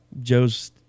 Joe's